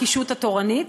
הקישוט התורנית,